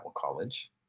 college